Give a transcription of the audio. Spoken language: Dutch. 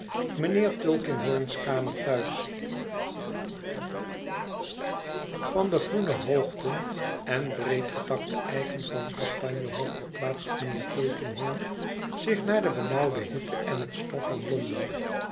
mijnheer tulkinghorn's kamer thuis van de groene hoogten en breedgetakte eiken van kastanje hof verplaatst mijnheer tulkinghorn zich naar de benauwde hitte en het stof van londen